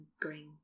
green